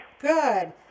Good